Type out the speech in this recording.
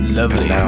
lovely